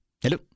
Hello